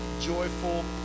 joyful